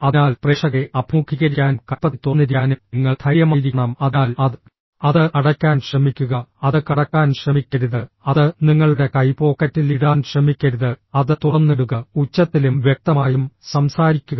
അതിനാൽ പ്രേക്ഷകരെ അഭിമുഖീകരിക്കാനും കൈപ്പത്തി തുറന്നിരിക്കാനും നിങ്ങൾ ധൈര്യമായിരിക്കണം അതിനാൽ അത് അത് അടയ്ക്കാൻ ശ്രമിക്കുക അത് കടക്കാൻ ശ്രമിക്കരുത് അത് നിങ്ങളുടെ കൈ പോക്കറ്റിൽ ഇടാൻ ശ്രമിക്കരുത് അത് തുറന്നിടുക ഉച്ചത്തിലും വ്യക്തമായും സംസാരിക്കുക